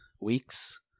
weeks